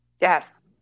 Yes